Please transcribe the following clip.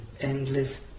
endless